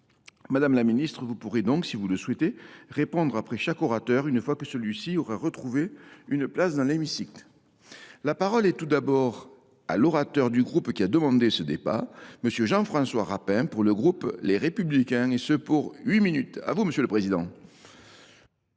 Madame la Ministre, vous pourrez donc, si vous le souhaitez, répondre après chaque orateur une fois que celui-ci aura retrouvé une place dans l'hémicycle. La parole est tout d'abord à l'orateur du groupe qui a demandé ce départ, Monsieur Jean-François Rapin, pour le groupe Les Républicains, et ce pour huit minutes. À vous, Monsieur le Président.